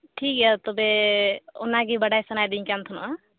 ᱴᱷᱤᱠᱜᱮᱭᱟ ᱛᱚᱵᱮ ᱚᱱᱟᱜᱮ ᱵᱟᱰᱟᱭ ᱥᱟᱱᱟᱭᱮᱫᱤᱧ ᱠᱟᱱ ᱛᱟᱦᱮᱱᱚᱜᱼᱟ